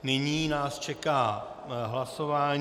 Nyní nás čeká hlasování.